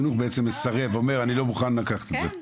בעצם מסרב, אומר אני לא מוכן לקחת את זה.